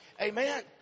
Amen